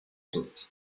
todos